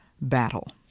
battle